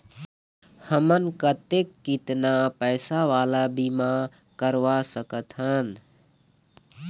हमन कतेक कितना पैसा वाला बीमा करवा सकथन?